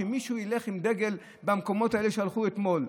כשמישהו הולך עם דגל במקומות האלה שהלכו בהם אתמול,